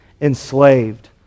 enslaved